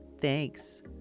Thanks